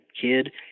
kid